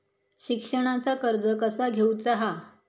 शिक्षणाचा कर्ज कसा घेऊचा हा?